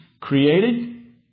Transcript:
created